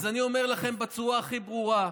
אז אני אומר לכם בצורה הכי ברורה: